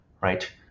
right